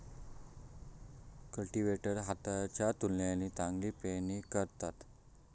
cultivator हाताच्या तुलनेत चांगली पेरणी करता